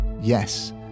yes